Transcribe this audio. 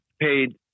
paid